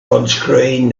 unscrewing